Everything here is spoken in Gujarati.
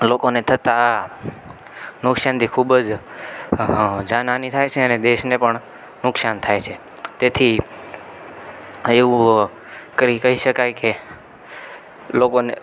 લોકોને થતાં નુક્સાનથી ખૂબ જ જાનહાની થાય છે ને દેશને પણ નુકસાન થાય છે તેથી એવું કહી શકાય કે લોકોને